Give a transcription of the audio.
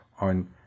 on